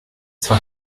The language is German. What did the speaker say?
zwar